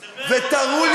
ותראו,